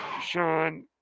Sean